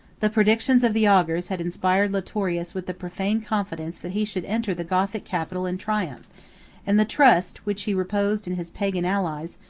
the predictions of the augurs had inspired litorius with the profane confidence that he should enter the gothic capital in triumph and the trust which he reposed in his pagan allies,